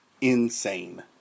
insane